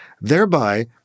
thereby